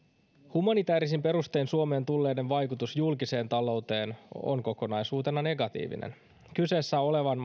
humanitäärisin perustein suomeen tulleiden vaikutus julkiseen talouteen on kokonaisuutena negatiivinen kyseessä olevan